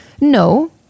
No